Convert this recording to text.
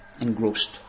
engrossed